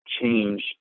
change